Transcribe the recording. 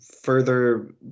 further